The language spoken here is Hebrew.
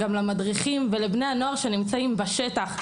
גם למדריכים ולבני הנוער שנמצאים בשטח,